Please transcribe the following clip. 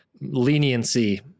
leniency